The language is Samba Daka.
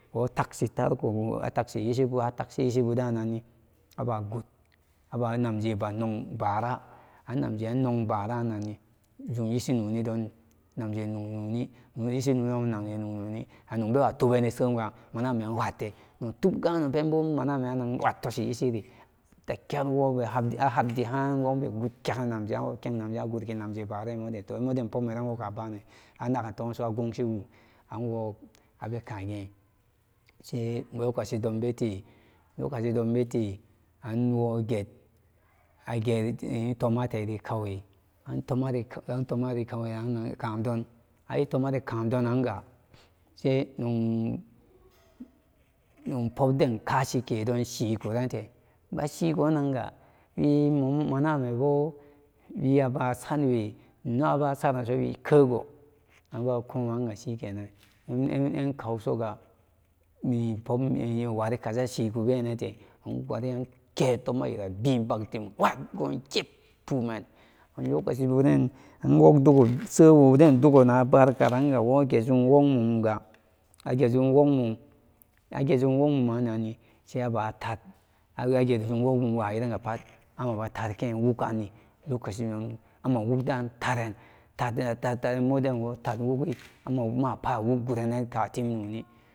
Wo tagsi tarkobu wowa takisi ishibu atagshi yeshi budananni aba gud aba mamjéé báára an namjeran báárarananni jum ishi nonidun manjéé non nóóni ga nogbewa tubeni manamebawa kparan intobgan mana mebo anan kpat toshi ishiri dakyar wora ahabdi háán aku gud kyago namjerannan agurki namjéé báára imoden toh pobme ran moden woka banen penso anagan tumso wora gunshiwu abekaje she lokacidon bete lokacidon bete anwoget agetyin itumate kawe itumani kawe rannan kawedon kadonanga sai nog nog poogben kasheke don shikarante mashikunnanga wemom manamebo wiawe basatwe ino abasaran so wikego anban komanga shikenan yan kawusoga wari kaza shikubete anwariyan ke tomabi bagdim so yib póómen lokaci buren wugdogan sewodan dogoren nabarka igejum wog mumanga agejum wogmum agejum wogmuman sai aba tat agejum wogmum wayiranga pat sumaba tarken wuganni lokacidon ama wugdan taren taren modon ama taren wogi mapat awog gurennen tim nóóni.